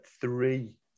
three